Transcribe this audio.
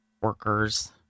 workers